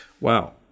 Wow